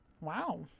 wow